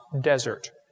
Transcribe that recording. desert